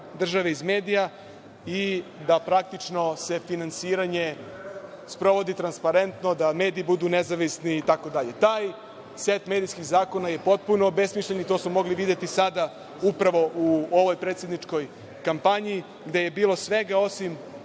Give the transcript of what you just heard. države iz medija i da praktično se finansiranje sprovodi transparentno, da mediji budu nezavisni itd? Taj set medijskih zakona je potpuno obesmišljen i to smo mogli videti upravo sada u ovoj predsedničkoj kampanji gde je bilo svega osim